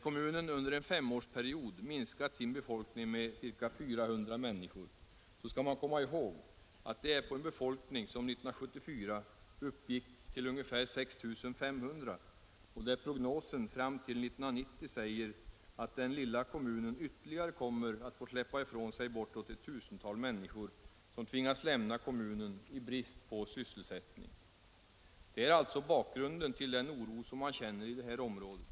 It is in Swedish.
Kommunen har under en femårsperiod minskat sin befolkning med 400 män niskor, och man skall komma ihåg att det är på en befolkning som 1974 — Nr 35 uppgick till ungefär 6 500 personer och att prognosen fram till 1990 säger, att denna lilla kommun ytterligare kommer att få släppa ifrån sig bortåt ett tusental, som tvingas lämna kommunen i brist på sysselsättning. Det är alltså bakgrunden till den oro som man känner i det här området.